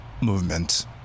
movement